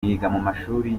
mumashuri